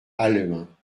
halluin